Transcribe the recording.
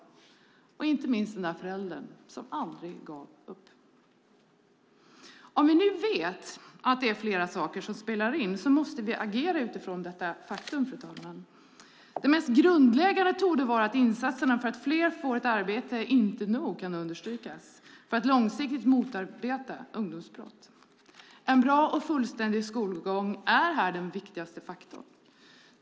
Inte minst gäller det den där föräldern som aldrig gav upp. Om vi nu vet att det är flera saker som spelar in måste vi agera utifrån detta faktum, fru talman. Det mest grundläggande torde vara att insatserna för att fler får ett arbete inte nog kan understrykas för att vi långsiktigt ska kunna motarbeta ungdomsbrott. En bra och fullständig skolgång är här den viktigaste faktorn.